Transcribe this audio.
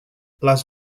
les